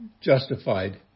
justified